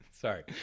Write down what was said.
Sorry